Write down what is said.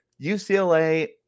UCLA